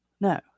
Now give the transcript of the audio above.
no